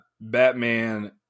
Batman